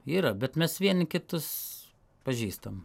yra bet mes vieni kitus pažįstam